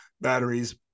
batteries